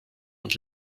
und